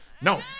No